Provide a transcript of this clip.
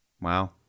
Wow